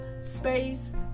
space